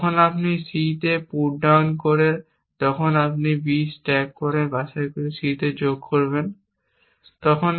যখন আপনি C এ পুটডাউন করেন যখন আপনি B স্ট্যাক B বাছাই করে C তে যোগ করতে হবে